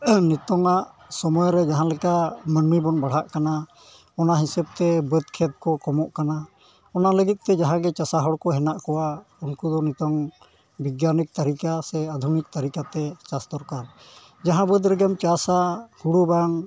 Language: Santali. ᱱᱤᱛᱚᱜᱟᱜ ᱥᱚᱢᱚᱭ ᱨᱮ ᱡᱟᱦᱟᱸᱞᱮᱠᱟ ᱢᱟᱹᱱᱢᱤ ᱵᱚᱱ ᱵᱟᱲᱦᱟᱜ ᱠᱟᱱᱟ ᱚᱱᱟ ᱦᱤᱥᱟᱹᱵᱛᱮ ᱵᱟᱹᱫᱽ ᱠᱷᱮᱛ ᱠᱚ ᱠᱚᱢᱚᱜ ᱠᱟᱱᱟ ᱚᱱᱟ ᱞᱟᱹᱜᱤᱫᱼᱛᱮ ᱡᱟᱦᱟᱸᱭ ᱜᱮ ᱪᱟᱥᱟ ᱦᱚᱲ ᱠᱚ ᱦᱮᱱᱟᱜ ᱠᱚᱣᱟ ᱩᱱᱠᱩ ᱦᱚᱸ ᱱᱤᱛᱚᱝ ᱵᱤᱜᱽᱜᱟᱱᱤᱠ ᱛᱟᱹᱨᱤᱠᱟ ᱥᱮ ᱟᱹᱫᱷᱩᱱᱤᱠ ᱛᱟᱹᱨᱤᱠᱟᱛᱮ ᱪᱟᱥ ᱫᱚᱨᱠᱟᱨ ᱡᱟᱦᱟᱸ ᱵᱟᱹᱫᱽ ᱨᱮᱜᱮᱢ ᱪᱟᱥᱟ ᱦᱩᱲᱩ ᱵᱟᱝ